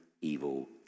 evil